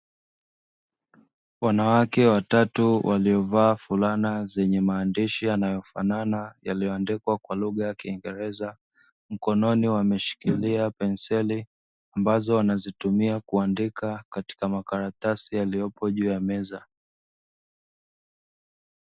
Wanawake watatu waliovaa fulana zenye maandishi yenye kufanana yaliyoandikwa kwa lugha ya kingereza, mkononi wameshikilia penseli ambazo wanazitumia kuandika katika makaratasi yaliyopo juu ya meza.